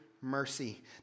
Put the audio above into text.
mercy